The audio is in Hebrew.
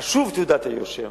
חשובה תעודת היושר,